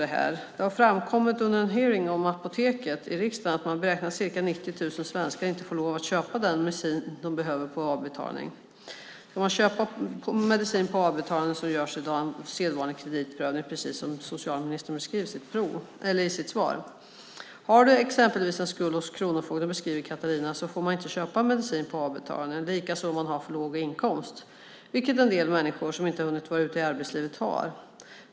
Det har framkommit under en hearing i riksdagen om Apoteket att man beräknar att ca 90 000 svenskar inte får lov att köpa den medicin de behöver på avbetalning. När medicin köps på avbetalning görs i dag en sedvanlig kreditprövning, precis som socialministern beskriver i sitt svar. Har man exempelvis en skuld hos kronofogden, beskriver Catharina, får man inte köpa medicin på avbetalning, likaså om man har för låg inkomst, vilket en del människor som inte har hunnit vara ute i arbetslivet har.